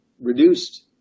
reduced